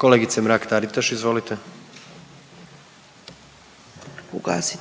Kolegice Mrak-Taritaš, izvolite. **Mrak-Taritaš, Anka (GLAS)**